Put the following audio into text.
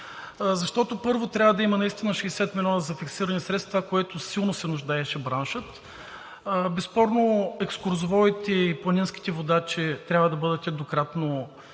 защото, първо, трябва наистина да има 60 милиона за фиксирани средства, от което силно се нуждаеше бранша. Безспорно екскурзоводите и планинските водачи трябва да бъдат еднократно